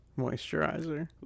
moisturizer